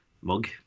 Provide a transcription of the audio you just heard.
mug